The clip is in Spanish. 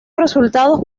resultados